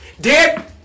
Dead